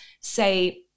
say